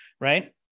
right